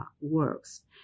works